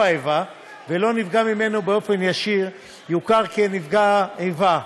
איבה ולא נפגע ממנו באופן ישיר יוכר כנפגע איבה,